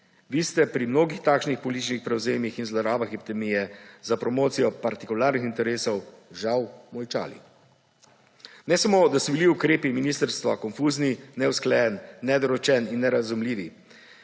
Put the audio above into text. Vi ste pri mnogih takšnih političnih prevzemih in zlorabah epidemije za promocijo partikularnih interesov žal molčali. Ne samo, da so bili ukrepi ministrstva konfuzni, neusklajeni, nedorečeni in nerazumljivi,